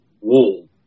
wall